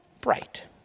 bright